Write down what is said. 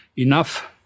enough